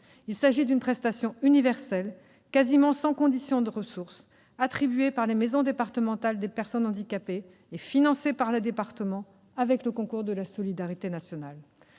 Il s'agit d'une prestation universelle, quasiment sans condition de ressources, attribuée par les maisons départementales des personnes handicapées et financée par les départements, avec le concours de la solidarité nationale.